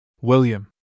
William